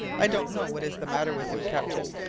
i don't know what is the matter with him, captain.